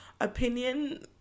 opinion